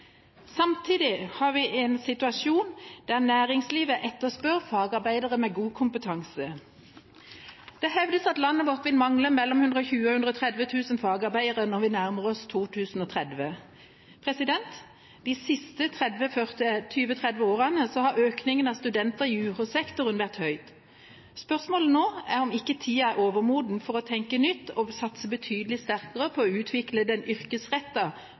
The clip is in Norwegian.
Samtidig har vi en situasjon der næringslivet etterspør fagarbeidere med god kompetanse. Det hevdes at landet vårt vil mangle mellom 120 000 og 130 000 fagarbeidere når vi nærmer oss 2030. De siste 20–30 årene har økningen av studenter i UH-sektoren vært høy. Spørsmålet nå er om ikke tida er overmoden for å tenke nytt og satse betydelig sterkere på å utvikle den